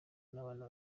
n’abana